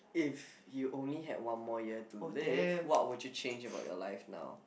if you only have one more year to live what would you change about your life now